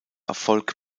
erfolg